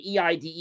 eide